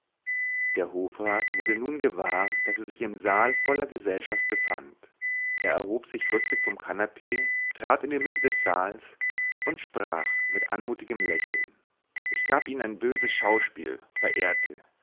der hofrat wurde nun gewahr daß er sich im saal in voller gesellschaft befand er erhob sich rüstig vom kanapee trat in die mitte des saals und sprach mit anmutigem lächeln ich gab ihnen ein böses schauspiel verehrte